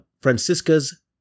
Francisca's